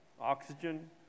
Oxygen